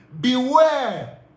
Beware